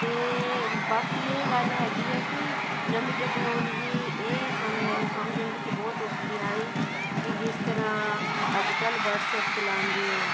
ਅਤੇ ਬਾਕੀ ਇਹ ਗੱਲ ਹੈਗੀ ਹੈ ਕਿ ਨਵੀਂ ਟੈਕਨੋਲਜੀ ਇਹ ਸਾਨ ਮੈਨੂੰ ਸਮਝਣ ਵਿੱਚ ਬਹੁਤ ਔਖੀ ਆਈ ਕਿ ਜਿਸ ਤਰ੍ਹਾਂ ਅੱਜ ਕੱਲ੍ਹ ਵਟਸਐਪ ਚਲਾਉਂਦੇ ਹੋ